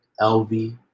LV